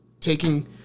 taking